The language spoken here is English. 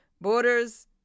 borders